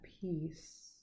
peace